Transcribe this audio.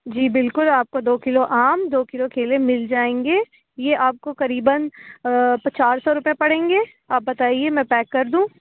جی بالکل آپ کو دو کلو آم دو کلو کیلے مل جائیں گے یہ آپ کو قریباً چار سو روپئے پڑیں گے آپ بتائیے میں پیک کر دوں